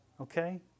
okay